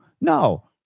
No